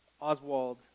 Oswald